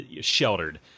sheltered